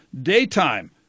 daytime